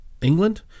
England